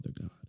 God